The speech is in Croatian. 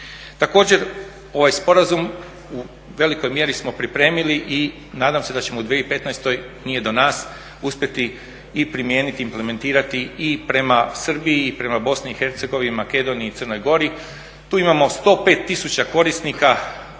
Također, ovaj sporazum u velikoj mjeri smo pripremili i nadam se da ćemo u 2015., nije do nas, uspjeti i primijeniti i implementirati i prema Srbiji, i prema Bosni i Hercegovini, Makedoniji i Crnoj Gori. Tu imamo 105 tisuća korisnika